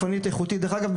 אגב,